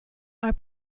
are